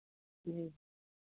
जी